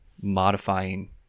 modifying